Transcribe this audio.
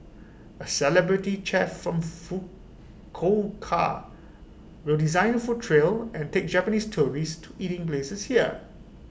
A celebrity chef from Fukuoka will design A food trail and take Japanese tourists to eating places here